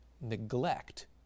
neglect